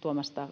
tuomasta